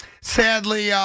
Sadly